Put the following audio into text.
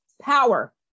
Power